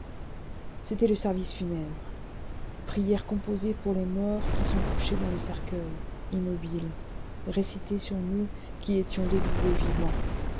c'était le service funèbre prières composées pour les morts qui sont couchés dans le cercueil immobiles récitées sur nous qui étions debout et vivants